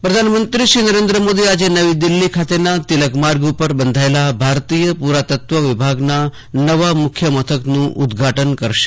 આઈ ભવન પ્રધાનમંત્રી નરેન્દ્ર મોદી આજે નવી દિલ્હીના તિલકમાર્ગ ઉપર બંધાયેલા ભારતીય પુરાતત્વ વિભાગના નવા વડા મથકનું ઉદઘાટન કરશે